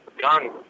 gun